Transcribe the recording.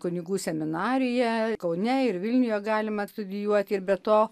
kunigų seminarija kaune ir vilniuje galima studijuoti ir be to